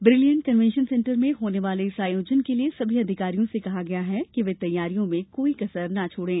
brilliant Convention Centre में होने वाले इस आयोजन के लिए सभी अधिकारियों से कहा गया है कि वे तैयारियों में कोई कसर न छोड़े